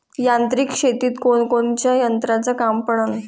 यांत्रिक शेतीत कोनकोनच्या यंत्राचं काम पडन?